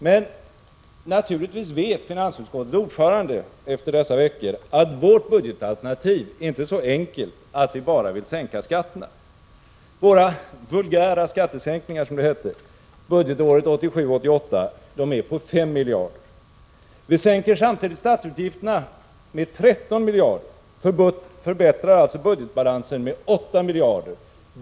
Men naturligtvis vet finansutskottets ordförande efter dessa veckor att vårt budgetalternativ inte är så enkelt att vi bara vill sänka skatterna. Våra ”vulgära skattesänkningar” budgetåret 1987/88 är på 5 miljarder kronor. Vi sänker samtidigt statsutgifterna med 13 miljarder kronor och förbättrar alltså budgetbalansen med 8 miljarder kronor.